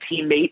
teammate